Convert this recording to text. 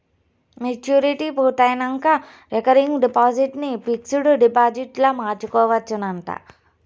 maturity పూర్తయినంక recurring deposit ని fixed డిపాజిట్గ మార్చుకోవచ్చునంట